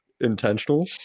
intentional